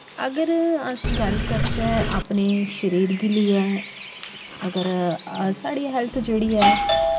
अगर अस गल्ल करचै अपने शरीर गी लेइयै अगर साढ़ी हैल्थ जेह्ड़ी ऐ